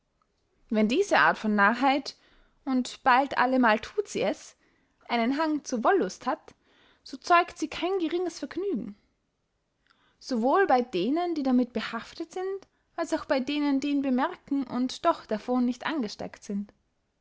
wenn diese art von narrheit und bald allemal thut sie es einen hang zur wollust hat so zeugt sie kein geringes vergnügen so wohl bey denen die damit behaftet sind als auch bey denen die ihn bemerken und doch davon nicht angesteckt sind